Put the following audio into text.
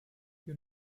you